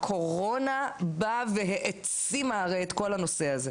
הקורונה העצימה את כל הנושא הזה.